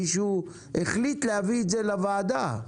מישהו החליט להביא את זה לוועדה.